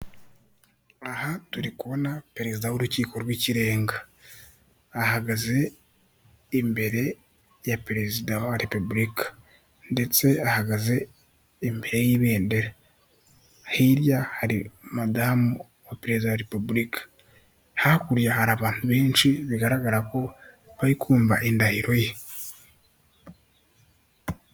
Aha turi kubona Perezida w'urukiko rw'ikirenga ahagaze imbere ya Perezida wa Repubulika ndetse ahagaze imbere y'ibendera, hirya hari madamu wa perezida wa Repubulika, hakurya hari abantu benshi bigaragara ko bari kumva indahiro ye.